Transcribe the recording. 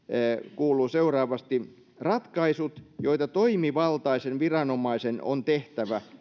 kuuluu seuraavasti ratkaisut joita toimivaltaisen viranomaisen on tehtävä